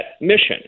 mission